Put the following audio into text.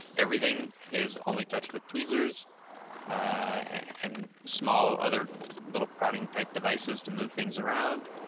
everything is only touched with tweezers and small other little prodding type devices to move things around.